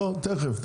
לא, תיכף.